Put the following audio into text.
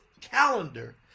calendar